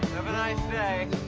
have a nice day.